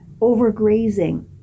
overgrazing